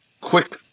quick